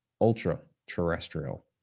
ultra-terrestrial